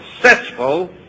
successful